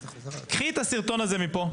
קחי את הסרטון הזה מפה,